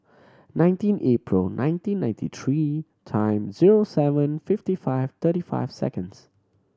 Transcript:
nineteen April nineteen ninety three time zero seven fifty five thirty five seconds